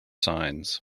signs